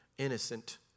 Innocent